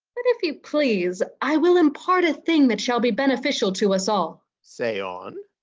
but if you please, i will impart a thing that shall be beneficial to us all. say on.